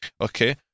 okay